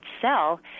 cell